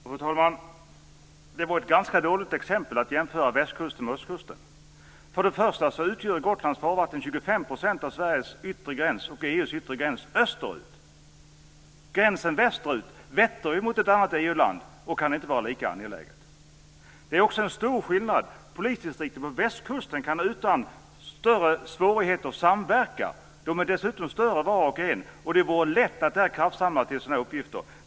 Fru talman! Det var ett ganska dåligt exempel att jämföra västkusten med östkusten. För det första utgör Gotlands farvatten 25 % av Sveriges yttre gräns och är EU:s yttre gräns österut. Gränsen västerut vetter mot ett annat EU-land, och det kan därför inte vara lika angeläget att bevaka det. För det andra kan polisdistrikten på västkusten samverka utan större svårigheter. Vart och ett av dem är dessutom större, och det går lätt att samla kraft till sådana här uppgifter.